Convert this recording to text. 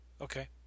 Okay